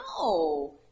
No